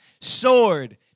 sword